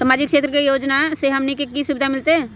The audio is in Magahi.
सामाजिक क्षेत्र के योजना से हमनी के की सुविधा मिलतै?